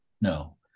No